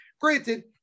Granted